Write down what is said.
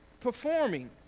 performing